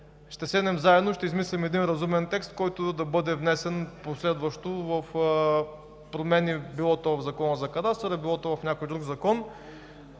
ще седнем заедно и ще измислим един разумен текст, който да бъде внесен последващо – било то промени в Закона за кадастъра, било в някой друг закон.